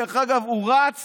דרך אגב, הוא רץ